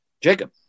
Jacob